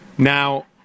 Now